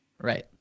Right